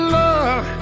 love